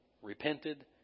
Repented